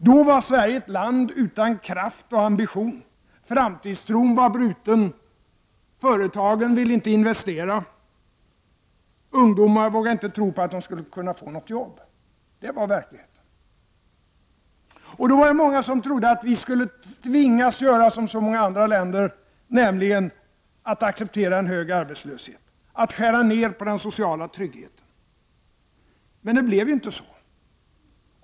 Då var Sverige ett land utan kraft och ambition, framtidstron var bruten, företagen ville inte investera, ungdomar vågade inte tro på att de skulle kunna få något jobb. Det var verkligheten. Då var det många som trodde att vi skulle tvingas att göra som så många andra länder, nämligen acceptera en hög arbetslöshet, skära ned på den sociala tryggheten. Men det blev inte så.